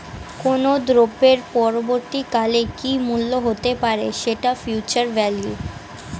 কোনো দ্রব্যের পরবর্তী কালে কি মূল্য হতে পারে, সেটা ফিউচার ভ্যালু